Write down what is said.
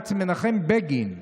הנערץ מנחם בגין,